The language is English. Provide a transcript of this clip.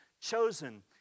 chosen